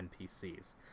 NPCs